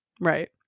right